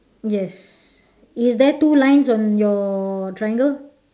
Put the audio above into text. yes is there two lines on your triangle